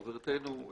חברתנו,